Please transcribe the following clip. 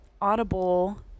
Audible